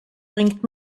bringt